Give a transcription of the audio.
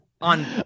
on